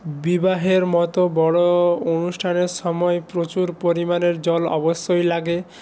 বিবাহের মত বড় অনুষ্ঠানের সময় প্রচুর পরিমাণের জল অবশ্যই লাগে